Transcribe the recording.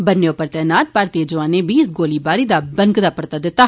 ब'न्ने उप्पर तैनात भारतीय जौआने बी इस गोलीबारी दा बनकदा परता दित्ता